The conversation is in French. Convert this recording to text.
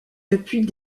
depuis